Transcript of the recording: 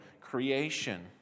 creation